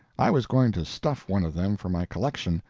i was going to stuff one of them for my collection,